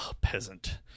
peasant